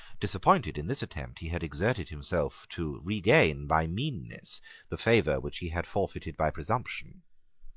disappointed in this attempt, he had exerted himself to regain by meanness the favour which he had forfeited by presumption.